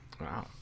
wow